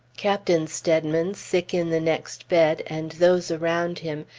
captain steadman, sick in the next bed, and those around him,